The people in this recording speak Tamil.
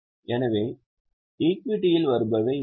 எனவே ஈக்விட்டியில் வருபவை எவை